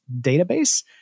Database